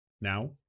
now